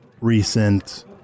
recent